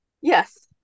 yes